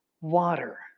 water